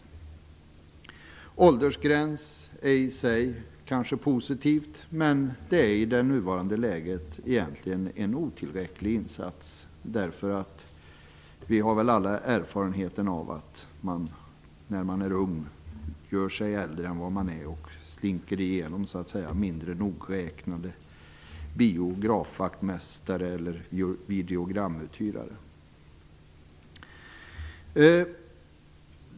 Att införa en åldersgräns är kanske positivt, men i nuvarande läge är det en otillräcklig insats. Vi har väl alla erfarenhet av att man, när man är ung, gör sig äldre än vad man är och slinker förbi mindre nogräknade biografvaktmästare eller videogramuthyrare.